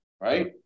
right